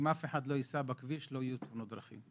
אם אף אחד לא ייסע בכביש לא יהיו תאונות דרכים.